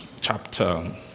chapter